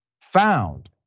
found